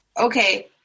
Okay